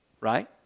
right